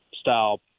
style